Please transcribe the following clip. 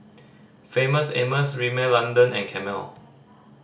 Famous Amos Rimmel London and Camel